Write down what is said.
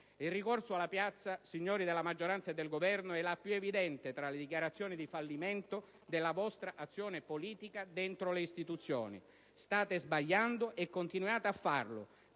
Il ricorso alla piazza, signori della maggioranza e del Governo, è la più evidente tra le dichiarazioni di fallimento della vostra azione politica dentro le istituzioni. State sbagliando e continuate a farlo,